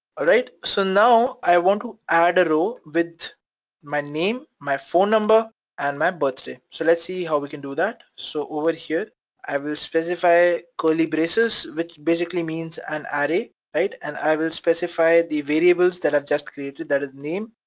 alright? so now i want to add a row with my name, my phone number and my birthday. so let's see how we can do that. so over here i will specify called the braces, which basically means and an array, right? and i will specify the variables that i've just created that is name,